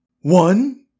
One